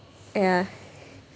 ya